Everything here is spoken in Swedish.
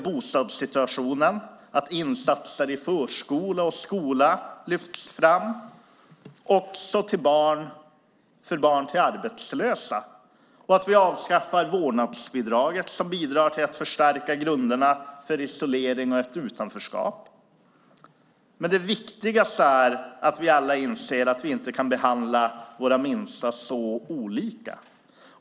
Bostadssituationen måste ses över, insatser i förskola och skola lyftas fram - också för barn till arbetslösa - och vårdnadsbidraget avskaffas eftersom det bidrar till att förstärka grunderna för isolering och utanförskap. Det viktigaste är dock att vi alla inser att vi inte kan behandla våra minsta så olika.